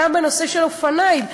גם בנושא של אופניים,